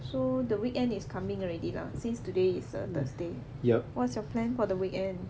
so the weekend is coming already lah since today is a thursday what's your plan for the weekend